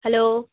hello